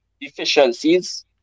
deficiencies